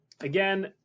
Again